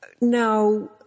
Now